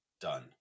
done